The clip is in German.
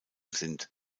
sind